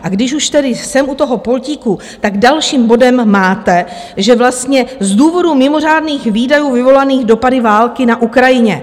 A když už tady jsem u toho pultíku, tak dalším bodem máte, že vlastně z důvodu mimořádných výdajů vyvolaných dopady války na Ukrajině.